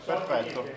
Perfetto